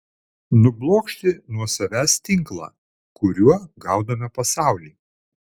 nublokšti nuo savęs tinklą kuriuo gaudome pasaulį